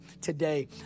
today